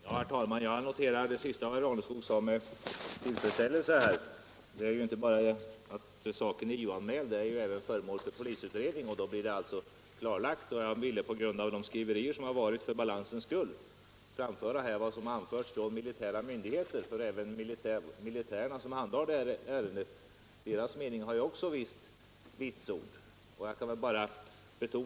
Herr talman! Jag noterar med tillfredsställelse det senaste som herr Raneskog sade. Saken är ju inte bara polisanmäld, den är också föremål för polisutredning, och då blir den alltså klarlagd. På grund av de skriverier som förekommit ville jag för balansens skull här återge vad som har anförts från militära myndigheter, för även de militärers mening som handhar detta ärende skall ges visst vitsord.